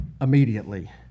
immediately